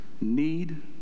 need